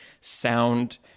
sound